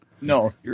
No